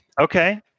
okay